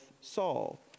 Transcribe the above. Saul